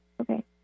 Okay